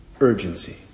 urgency